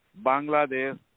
Bangladesh